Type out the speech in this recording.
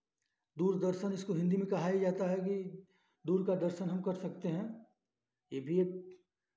दूरदर्शन इसको हिन्दी में कहा ही जाता है भी दूर का दर्शन हम कर सकते हैं ई भी एक